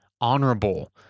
honorable